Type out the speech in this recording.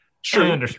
sure